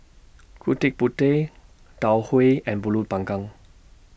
Gudeg Putih Tau Huay and Pulut Panggang